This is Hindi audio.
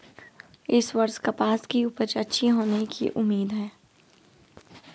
इस वर्ष कपास की उपज अच्छी होने की उम्मीद है